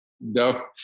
No